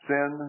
Sin